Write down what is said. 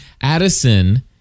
Addison